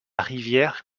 rivière